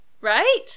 Right